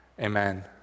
amen